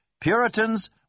Puritans